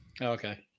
okay